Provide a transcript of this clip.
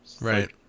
Right